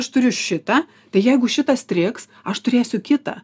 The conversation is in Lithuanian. aš turiu šitą tai jeigu šitas strigs aš turėsiu kitą